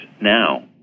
now